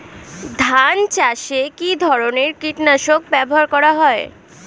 ধান চাষে কী ধরনের কীট নাশক ব্যাবহার করা হয়?